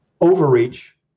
overreach